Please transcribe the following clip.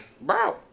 bro